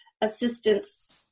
assistance